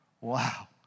Wow